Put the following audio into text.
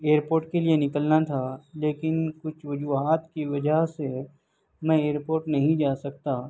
airport کے لیے نکلنا تھا لیکن کچھ وجوہات کی وجہ سے میں ایئرپورٹ نہیں جا سکتا